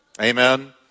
amen